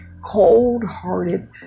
cold-hearted